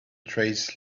trays